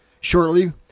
shortly